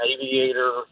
Aviator